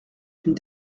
une